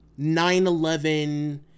9-11